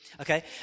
Okay